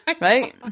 right